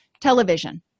television